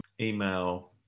email